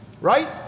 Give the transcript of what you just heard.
Right